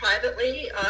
privately